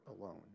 alone